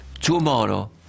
tomorrow